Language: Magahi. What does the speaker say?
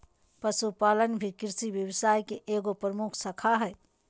पशुपालन भी कृषि व्यवसाय के एगो प्रमुख शाखा हइ